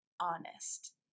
honest